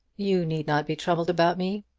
you need not be troubled about me.